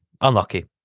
Unlucky